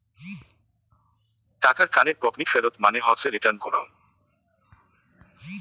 টাকার কানে গকনি ফেরত মানে হসে রিটার্ন করং